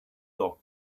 doc